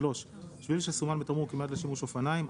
שביל שסומן בתמרור כמיועד לשימוש אופניים,